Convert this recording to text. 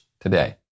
today